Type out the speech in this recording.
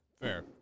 Fair